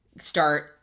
start